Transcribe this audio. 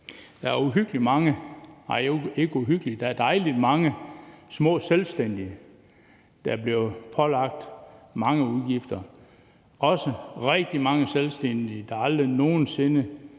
men dejlig mange – små selvstændige, der bliver pålagt mange udgifter, også rigtig mange selvstændige, der aldrig nogen sinde